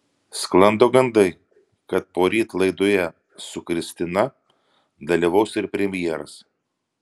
sklando gandai kad poryt laidoje su kristina dalyvaus ir premjeras